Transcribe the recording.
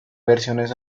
versiones